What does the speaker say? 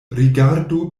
rigardu